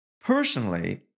Personally